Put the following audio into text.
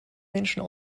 menschen